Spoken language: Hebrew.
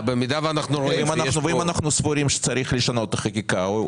אם אנחנו סבורים שצריך לשנות את החקיקה או